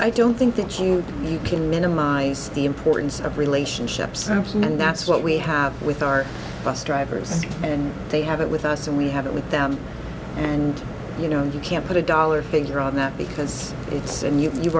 i don't think that you can minimize the importance of relationship sampson and that's what we have with our bus drivers and they have it with us and we have it with them and you know you can't put a dollar figure on that because it's and you